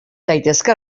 zaitezke